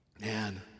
man